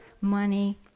money